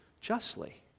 justly